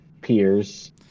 peers